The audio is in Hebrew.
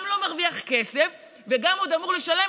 גם לא מרוויח כסף וגם עוד אמור לשלם